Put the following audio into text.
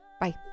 Bye